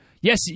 Yes